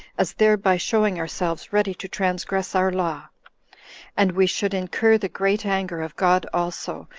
as thereby showing ourselves ready to transgress our law and we should incur the great anger of god also,